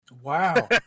wow